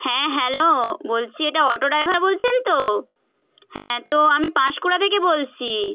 হ্যাঁ হ্যালো বলছি এটা অটো ড্রাইভার বলছেন তো হ্যাঁ তো আমি পাঁশকুড়া থেকে বলছি